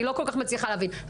כי אני לא מצליחה להבין את זה.